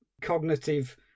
cognitive